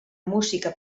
música